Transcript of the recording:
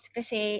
Kasi